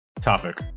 topic